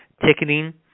Ticketing